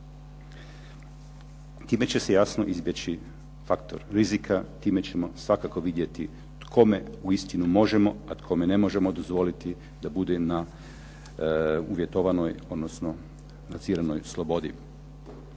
Time će se jasno izbjeći faktor rizika, time ćemo svakako vidjeti kome uistinu možemo, a kome ne možemo dozvoliti da bude na uvjetovanoj, odnosno …/Govornik